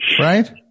Right